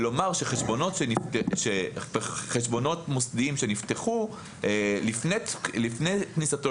ולומר שחשבונות מוסדיים שנפתחו לפני כניסתו